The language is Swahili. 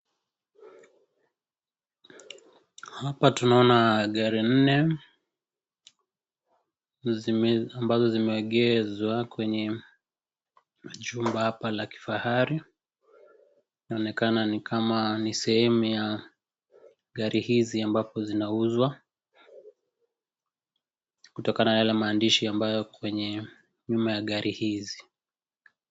Hapa tunaona gari nne, ambazo zimeegezwa kwenye chumba hapa la kifahari, inaonekana ni kama ni sehemu ya gari hizi ambapo zinauzwa, kutokana na yale maandishi ambayo kwenye nyuma ya gari hizi.